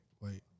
wait